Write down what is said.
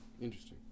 Interesting